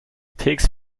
takes